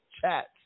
chats